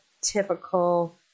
typical